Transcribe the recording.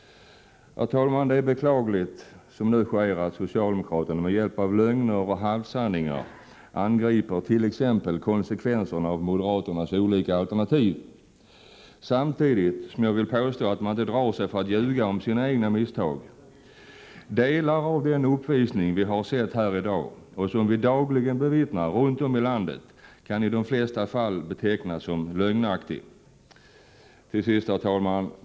Herr talman! Det är beklagligt att socialdemokraterna nu med hjälp av lögner och halvsanningar angriper t.ex. konsekvenserna av moderaternas olika alternativ. Samtidigt vill jag påstå att man inte drar sig för att ljuga om sina egna misstag. Delar av den uppvisning som vi har sett här i dag och som vi dagligen bevittnar runt om i landet kan i de flesta fall betecknas som lögnaktiga.